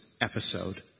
episode